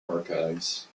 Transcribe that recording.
archives